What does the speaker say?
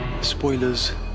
Spoilers